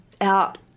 out